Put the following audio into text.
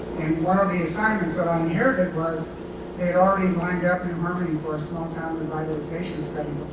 one of the assignments that i inherited was they'd already lined ah and and harmony for a small town revitalization so